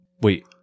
Wait